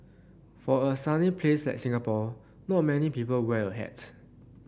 for a sunny place like Singapore not many people wear a hat